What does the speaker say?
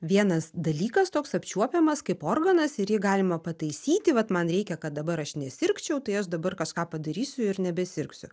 vienas dalykas toks apčiuopiamas kaip organas ir jį galima pataisyti vat man reikia kad dabar aš nesirgčiau tai aš dabar kažką padarysiu ir nebe sirgsiu